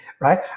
right